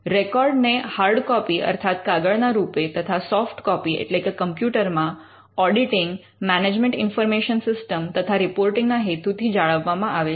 રેકોર્ડને hard copy અર્થાત કાગળના રૂપે તથા સોફ્ટ કૉપિ એટલે કે કમ્પ્યુટરમાં ઓડિટીંગ મેનેજમેન્ટ ઇન્ફર્મેશન સિસ્ટમ તથા રિપોર્ટિંગ ના હેતુથી જાળવવામાં આવે છે